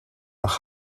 nach